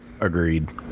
Agreed